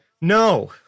No